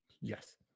Yes